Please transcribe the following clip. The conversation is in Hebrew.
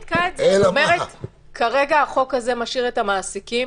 אני אומרת שכרגע החוק הזה משאיר את המעסיקים